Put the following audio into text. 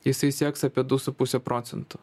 jisai sieks apie du su puse procento